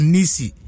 Nisi